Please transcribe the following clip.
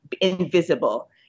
invisible